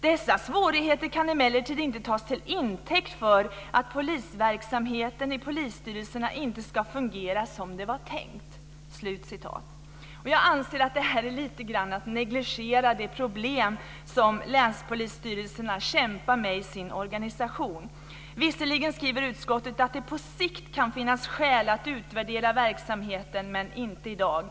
Dessa svårigheter kan emellertid inte tas till intäkt för att verksamheten i polisstyrelserna inte skulle fungera som det var tänkt." Jag anser att det här lite grann är att negligera de problem som länspolisstyrelserna kämpar med i sin organisation. Visserligen skriver utskottet att det på sikt kan finnas skäl att utvärdera verksamheten, men inte i dag.